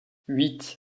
huit